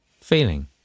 feeling